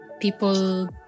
people